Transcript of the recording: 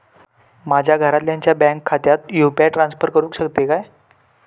माझ्या घरातल्याच्या बँक खात्यात यू.पी.आय ट्रान्स्फर करुक शकतय काय?